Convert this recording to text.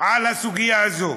על הסוגיה הזאת?